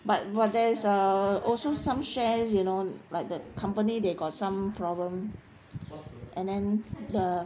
but but there is uh also some shares you know like the company they got some problem and then the